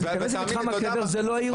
לבקר במתחם הקבר זה לא האירוע.